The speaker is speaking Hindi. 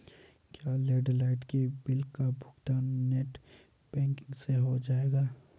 क्या लैंडलाइन के बिल का भुगतान नेट बैंकिंग से हो जाएगा?